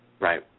Right